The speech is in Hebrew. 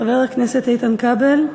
חבר הכנסת איתן כבל,